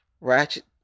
ratchet